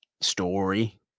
story